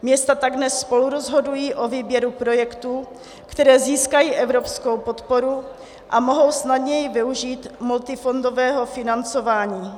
Města tak dnes spolurozhodují o výběru projektů, které získají evropskou podporu, a mohou snadněji využít multifondového financování.